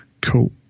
Cool